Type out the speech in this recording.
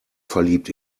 verliebt